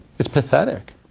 it's pathetic.